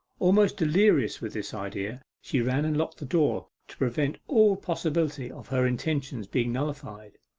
almost delirious with this idea, she ran and locked the door to prevent all possibility of her intentions being nullified,